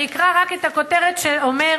אני אקרא רק את הכותרת, שאומר